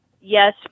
yes